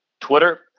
Twitter